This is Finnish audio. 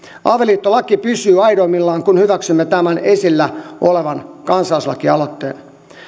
avioliittolaki pysyy aidoimmillaan kun hyväksymme tämän esillä olevan kansalaislakialoitteen